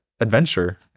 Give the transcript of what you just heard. adventure